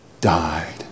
died